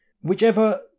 whichever